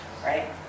Right